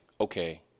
okay